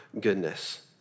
goodness